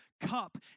cup